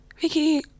Vicky